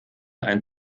ein